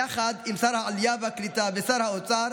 יחד עם שר העלייה והקליטה ושר האוצר,